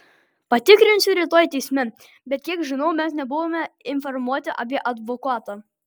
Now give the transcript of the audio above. patikrinsiu rytoj teisme bet kiek žinau mes nebuvome informuoti apie advokatą